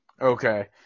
Okay